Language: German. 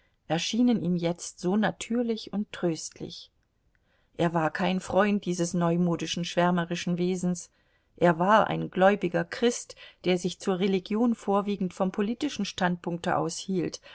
erschienen ihm jetzt so natürlich und tröstlich er war kein freund dieses neumodischen schwärmerischen wesens er war ein gläubiger christ der sich zur religion vorwiegend vom politischen standpunkte aus